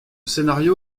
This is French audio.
scénario